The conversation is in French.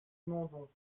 mandon